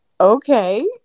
okay